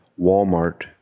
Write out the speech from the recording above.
Walmart